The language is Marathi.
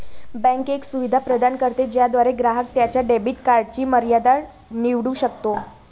बँक एक सुविधा प्रदान करते ज्याद्वारे ग्राहक त्याच्या डेबिट कार्डची मर्यादा निवडू शकतो